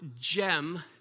gem